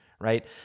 Right